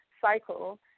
cycle